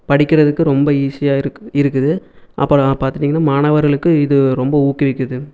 படிக்கிறதுக்கு ரொம்ப ஈஸியாருக்குது இருக்குது அப்புறம் பார்த்துட்டீங்கன்னா மாணவர்களுக்கு இது ரொம்ப ஊக்குவிக்கிறது